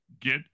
get